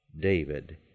David